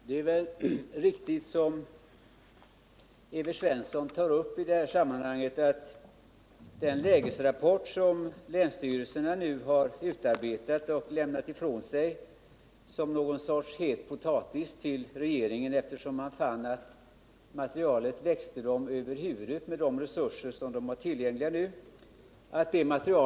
Herr talman! Det är riktigt, som Evert Svensson antydde i sammanhanget, att den lägesrapport som länsstyrelsen har utarbetat har överlämnats som någon sorts het potatis till regeringen, eftersom man fann att materialet med hänsyn till de tillgängliga personella resurserna växte länsstyrelsens naturvårdsenhet över huvudet.